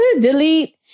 delete